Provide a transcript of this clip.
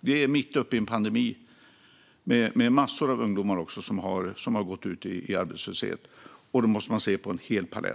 Vi är mitt uppe i en pandemi med massor av ungdomar som har gått ut i arbetslöshet. Då måste man se en hel palett.